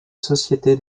société